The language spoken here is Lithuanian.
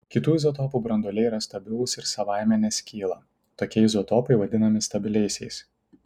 kitų izotopų branduoliai yra stabilūs ir savaime neskyla tokie izotopai vadinami stabiliaisiais